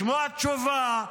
לשמוע תשובה.